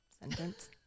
sentence